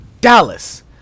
Dallas